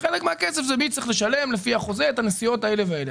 וחלק מן הכסף זה מי צריך לשלם לפי החוזה את הנסיעות האלה והאלה.